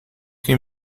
que